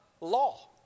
law